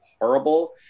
horrible